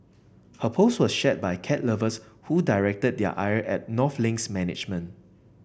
her post was shared by cat lovers who directed their ire at North Link's management